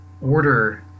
order